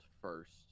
first